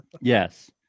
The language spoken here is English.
Yes